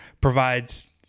provides –